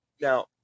now